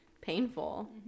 painful